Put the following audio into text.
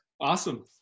Awesome